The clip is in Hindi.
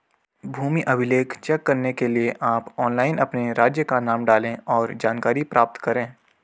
भूमि अभिलेख चेक करने के लिए आप ऑनलाइन अपने राज्य का नाम डालें, और जानकारी प्राप्त करे